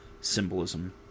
symbolism